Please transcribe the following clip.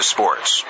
Sports